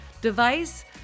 device